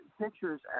pictures